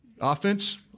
offense